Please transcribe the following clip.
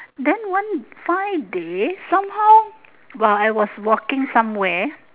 then one fine day somehow while I was walking somewhere